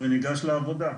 וניגש לעבודה.